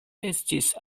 estis